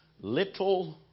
little